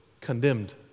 condemned